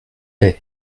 paye